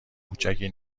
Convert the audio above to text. کوچکی